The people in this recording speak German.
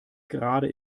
gerade